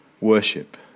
worship